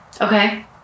Okay